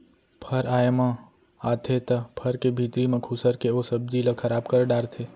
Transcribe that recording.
फर आए म आथे त फर के भीतरी म खुसर के ओ सब्जी ल खराब कर डारथे